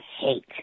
hate